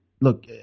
look